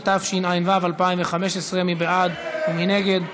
התשע"ו 2015. מי בעד ומי נגד?